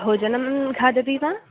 भोजनं खादति वा